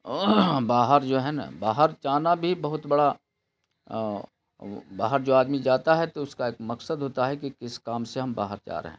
باہر جو ہے نا باہر جانا بھی بہت بڑا باہر جو آدمی جاتا ہے تو اس کا ایک مقصد ہوتا ہے کہ کس کام سے ہم باہر جا رہے ہیں